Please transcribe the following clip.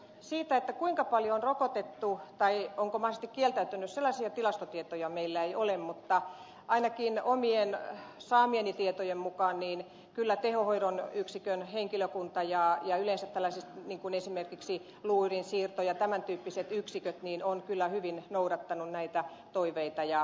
siitä kuinka paljon on rokotettu tai onko mahdollisesti kieltäydytty sellaisia tilastotietoja meillä ei ole mutta ainakin saamieni tietojen mukaan kyllä tehohoidon yksikön henkilökunta ja yleensä tällaiset niin kuin esimerkiksi luuydinsiirto ja tämän tyyppiset yksiköt ovat hyvin noudattaneet näitä toiveita ja ohjeita